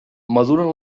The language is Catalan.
maduren